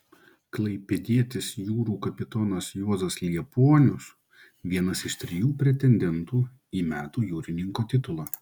klaipėdietis jūrų kapitonas juozas liepuonius vienas iš trijų pretendentų į metų jūrininko titulą